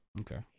Okay